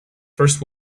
first